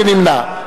מי נמנע?